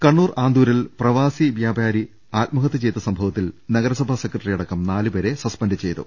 കണ്ണൂർ ആന്തൂരിൽ പ്രവാസി വൃാപാരി ആത്മഹതൃ ചെയ്ത സംഭവത്തിൽ നഗരസഭാ സെക്രട്ടറി അടക്കം നാലുപേരെ സസ്പെൻഡ് ചെയ്തു